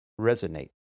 resonate